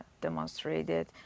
demonstrated